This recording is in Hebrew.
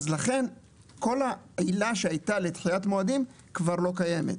לכן כל העילה שהייתה לדחיית מועדים כבר לא קיימת.